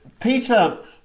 peter